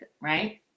right